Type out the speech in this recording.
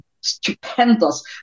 stupendous